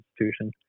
institution